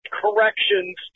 corrections